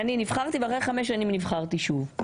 אני נבחרתי ואחרי חמש שנים נבחרתי שוב.